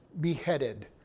beheaded